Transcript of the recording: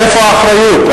איפה, איפה האחריות?